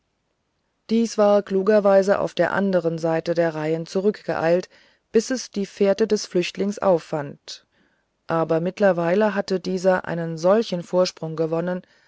dies war klugerweise auf der anderen seite der reihen zurückgeeilt bis es die fährte des flüchtlings auffand aber mittlerweile hatte dieser einen solchen vorsprung gewonnen